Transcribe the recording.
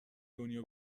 دنیا